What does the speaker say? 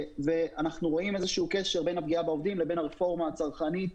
ואנחנו רואים איזשהו קשר בין הפגיעה בעובדים לבין הרפורמה הצרכנית.